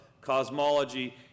cosmology